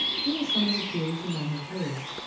here are some of the theories you may have heard.